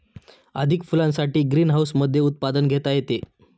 अधिक फुलांसाठी ग्रीनहाऊसमधेही उत्पादन घेता येते